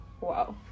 Wow